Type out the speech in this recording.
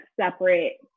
separate